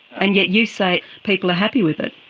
and yet you say people are happy with it.